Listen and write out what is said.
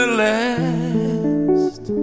last